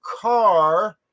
car